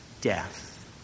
Death